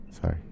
Sorry